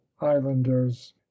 islanders